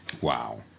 Wow